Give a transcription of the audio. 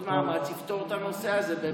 עוד מאמץ, יפתור את הנושא הזה.